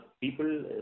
people